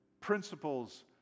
principles